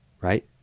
right